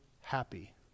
happy